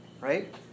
right